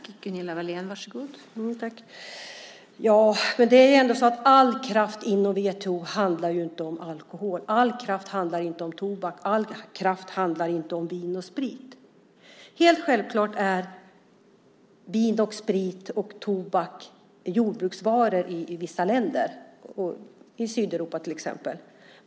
Fru talman! All kraft inom WTO handlar inte om alkohol. All kraft handlar inte om tobak. All kraft handlar inte om vin och sprit. Helt självklart är vin och sprit och tobak jordbruksvaror i vissa länder, i Sydeuropa till exempel.